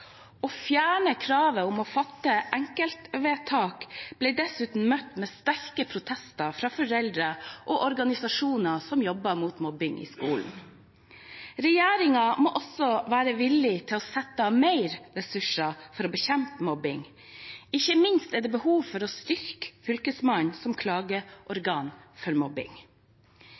Å fjerne kravet om å fatte enkeltvedtak ble dessuten møtt med sterke protester fra foreldre og organisasjoner som jobber mot mobbing i skolen. Regjeringen må også være villig til å sette av mer ressurser for å bekjempe mobbing, ikke minst er det behov for å styrke Fylkesmannen som klageorgan for mobbing.